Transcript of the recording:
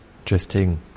interesting